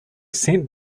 sent